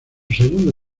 segunda